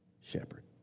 shepherd